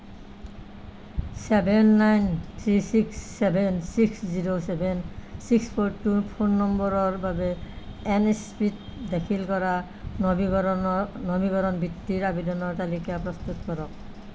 seven nine three six seven six zero seven six four two phone নম্বৰৰ বাবে N S P ত দাখিল কৰা নবীকৰণ বৃত্তিৰ আবেদনৰ তালিকা প্ৰস্তুত কৰক